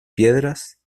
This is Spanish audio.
piedras